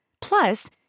Plus